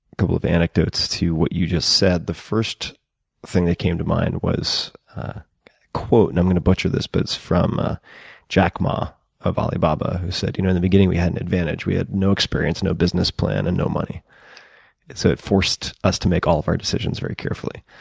couple of anecdotes to what you just said, the first thing that came to mind was a quote and i'm going to butcher this but it's from jack ma of ali baba who said, you know in the beginning, we had an advantage. we had no experience, no business plan, and no money so it forced us to make all of our decisions very carefully.